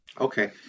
okay